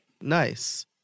Nice